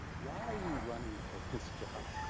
why are you running for this job?